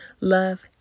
Love